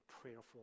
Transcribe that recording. prayerful